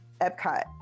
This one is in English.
Epcot